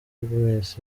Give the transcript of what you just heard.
agnes